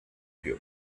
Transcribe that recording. più